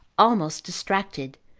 almost distracted,